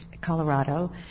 colorado